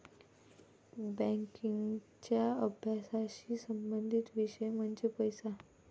बँकिंगच्या अभ्यासाशी संबंधित विषय म्हणजे पैसा